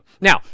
Now